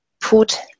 put